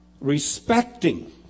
respecting